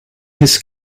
his